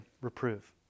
reprove